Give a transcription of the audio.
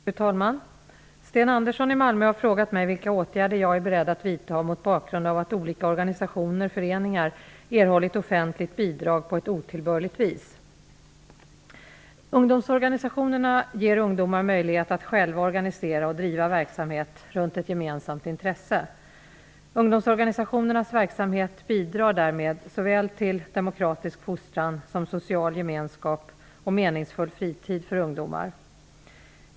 Fru talman! Sten Andersson i Malmö har frågat mig vilka åtgärder jag är beredd att vidta mot bakgrund av att olika organisationer/föreningar erhållit offentligt bidrag på ett otillbörligt vis. Ungdomsorganisationerna ger ungdomar möjlighet att själva organisera och driva verksamhet runt ett gemensamt intresse. Ungdomsorganisationernas verksamhet bidrar därmed till såväl demokratisk fostran som social gemenskap och meningsfull fritid för ungdomar.